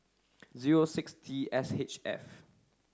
zero six T S H F